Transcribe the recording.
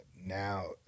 now